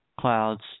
clouds